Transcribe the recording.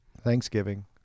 Thanksgiving